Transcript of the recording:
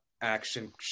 action